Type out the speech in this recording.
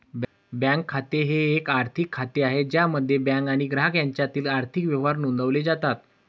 bank खाते हे एक आर्थिक खाते आहे ज्यामध्ये बँक आणि ग्राहक यांच्यातील आर्थिक व्यवहार नोंदवले जातात